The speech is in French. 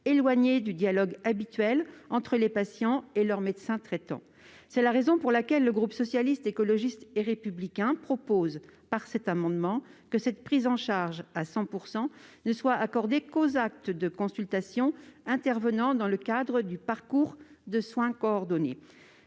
éloignées du dialogue habituel entre les patients et leurs médecins traitants. C'est la raison pour laquelle le groupe Socialiste, Écologiste et Républicain propose, cet amendement, que cette prise en charge à 100 % ne soit accordée qu'aux actes de consultation intervenant dans le cadre du parcours de soins coordonné.